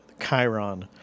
Chiron